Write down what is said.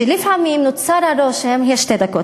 לפעמים נוצר הרושם יש שתי דקות,